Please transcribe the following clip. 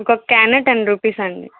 ఒక can ten rupees అండి